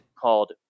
called